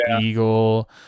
eagle